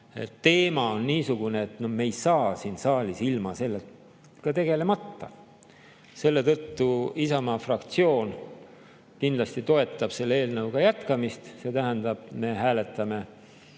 teema niisugune, et me ei saa siin saalis ilma sellega tegelemata. Selle tõttu Isamaa fraktsioon kindlasti toetab selle eelnõuga jätkamist. See tähendab, et me hääletame